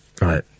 right